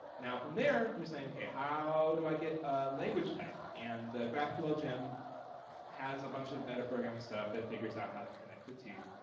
now from there, you're saying okay how do i get a language type. and the graphql gem has a bunch of meta-programming stuff that figures out how to connect the two.